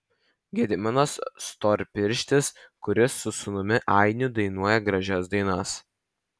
gediminas storpirštis kuris su sūnumi ainiu dainuoja gražias dainas